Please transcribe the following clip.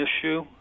issue